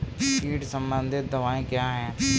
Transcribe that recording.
कीट संबंधित दवाएँ क्या हैं?